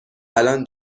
الان